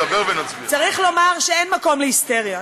שאין מקום להיסטריה.